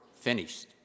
finished